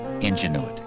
ingenuity